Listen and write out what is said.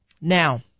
Now